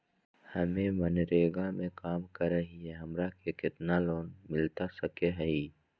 हमे मनरेगा में काम करे हियई, हमरा के कितना लोन मिलता सके हई?